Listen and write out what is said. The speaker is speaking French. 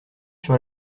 sur